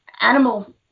animal